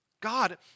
God